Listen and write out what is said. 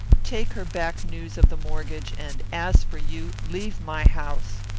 take her back news of the mortgage and, as for you, leave my house.